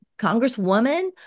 Congresswoman